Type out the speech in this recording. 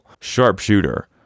Sharpshooter